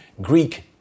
Greek